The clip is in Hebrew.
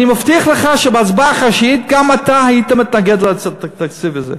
אני מבטיח לך שבהצבעה חשאית גם אתה היית מתנגד לתקציב הזה.